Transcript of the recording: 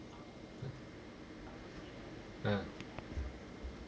ah